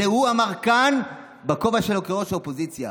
את זה הוא אמר כאן בכובע שלו כראש האופוזיציה.